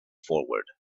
forward